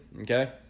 okay